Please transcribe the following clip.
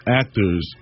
actors